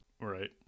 Right